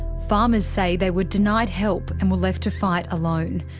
farmers say they were denied help and were left to fight alone.